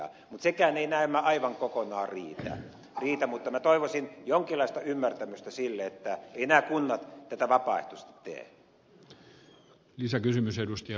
sekään ei näemmä aivan kokonaan riitä mutta minä toivoisin jonkinlaista ymmärtämystä sille että eivät nämä kunnat tätä vapaaehtoisesti tee